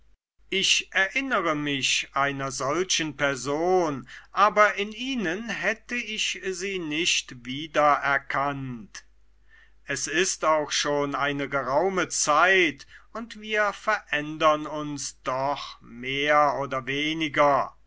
ich erinnere mich einer solchen person aber in ihnen hätte ich sie nicht wiedererkannt es ist auch schon eine geraume zeit und wir verändern uns doch mehr oder weniger